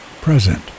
present